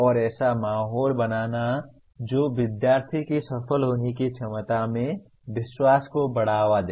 और ऐसा माहौल बनाना जो विद्यार्थी की सफल होने की क्षमता में विश्वास को बढ़ावा दे